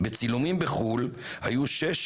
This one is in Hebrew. בצילומים בחו"ל היו שש,